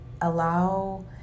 allow